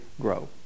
grow